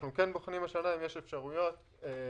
אנחנו כן בוחנים השנה אם יש אפשרויות לנסות,